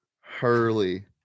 Hurley